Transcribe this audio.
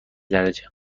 درجه